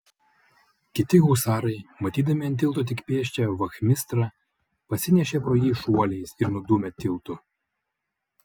kiti husarai matydami ant tilto tik pėsčią vachmistrą pasinešė pro jį šuoliais ir nudūmė tiltu